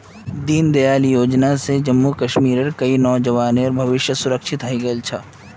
दीनदयाल योजना स जम्मू कश्मीरेर कई नौजवानेर भविष्य सुरक्षित हइ गेल छ